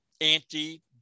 anti